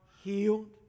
healed